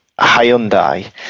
Hyundai